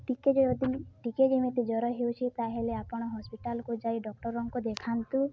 ଟିକେ ଯଦି ଟିକେ ଯେମିତି ଜ୍ଵର ହେଉଛି ତା'ହେଲେ ଆପଣ ହସ୍ପିଟାଲ୍କୁ ଯାଇ ଡକ୍ଟର୍ଙ୍କୁ ଦେଖାନ୍ତୁ